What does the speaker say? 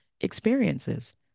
experiences